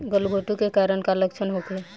गलघोंटु के कारण लक्षण का होखे?